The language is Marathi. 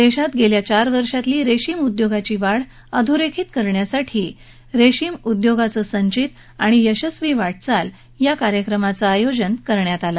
देशात गेल्या चार वर्षातली रेशीम उद्योगाची वाढ अधोरेखित करण्यासाठी वाढता रेशीमउद्योगाचं संघित आणि यशस्वी वाटचाल या कार्यक्रमाचं आयोजन करण्यात आलं आहे